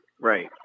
Right